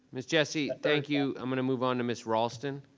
ms. jessie. thank you. i'm gonna move on to ms. raulston.